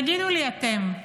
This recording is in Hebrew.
תגידו לי אתם,